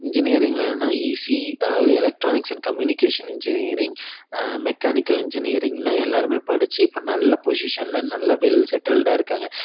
இன்ஜினியரிங்கில் என்னென்னா இசிஇ அதாவது electronics and communication engineering mechanical இன்ஜினியரிங்னா எல்லாரும் படித்து இப்போ நல்ல பொஷிசனில் நல்ல வெல்செட்டில்ட்டாக இருக்காங்க